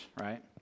right